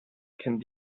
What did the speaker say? kennt